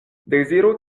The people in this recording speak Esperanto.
deziro